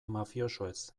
mafiosoez